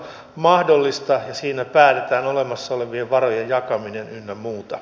se on mahdollista ja siinä päätetään olemassa olevien varojen jakaminen ynnä muuta